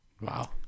Wow